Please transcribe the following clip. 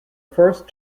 first